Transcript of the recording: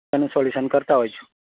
એનું સોલ્યુસન કરતાં હોય છે